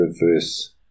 reverse